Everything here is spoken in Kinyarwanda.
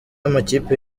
amakipe